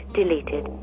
deleted